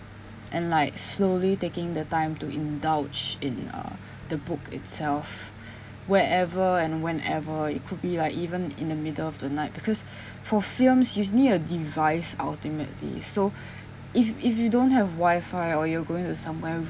and like slowly taking the time to indulge in uh the book itself wherever and whenever it could be like even in the middle of the night because for films you s~ need a device ultimately so if if you don't have wifi or you're going to somewhere